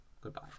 Goodbye